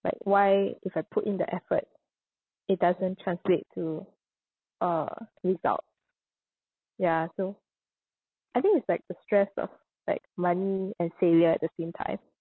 like why if I put in the effort it doesn't translate to uh result ya so I think it's like the stress of like money and failure at the same time